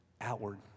outward